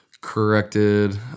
corrected